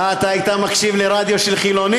אה, אתה היית מקשיב לרדיו של חילונים.